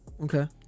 Okay